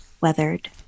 weathered